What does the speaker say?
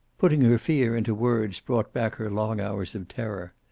putting her fear into words brought back her long hours of terror.